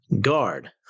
guard